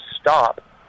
stop